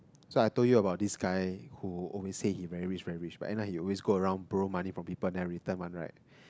so I told you about this guy who always said he very rich very rich but end up he always go around borrow money from people never return one right